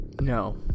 No